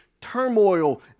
turmoil